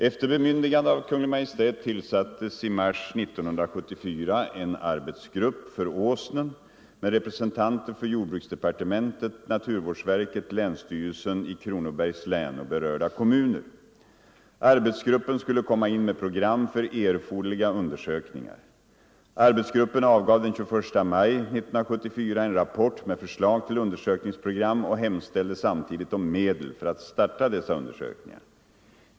Efter bemyndigande av Kungl. Maj:t tillsattes i mars 1974 en arbets — Nr 126 grupp för Åsnen med representanter för jordbruksdepartementet, natur Torsdagen den vårdsverket, länsstyrelsen i Kronobergs län och berörda kommuner. Ar 21 november 1974 betsgruppen skulle komma in med program för erforderliga undersök= I ningar. Ang. tappningspla Arbetsgruppen avgav den 21 maj 1974 en rapport med förslag till un — nen för sjön Åsnen, dersökningsprogram och hemställde samtidigt om medel för att starta — m.m. dessa undersökningar.